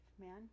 man